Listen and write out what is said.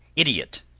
idiot,